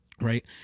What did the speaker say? right